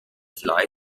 fly